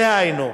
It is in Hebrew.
דהיינו,